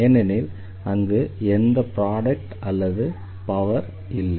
ஏனெனில் அங்கு எந்த ப்ரோடெக்ட் அல்லது பவர் இல்லை